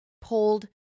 pulled